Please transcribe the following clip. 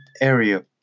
area